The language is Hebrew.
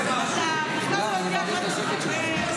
אתה בכלל לא יודע מה אתה מדבר ------ אתה,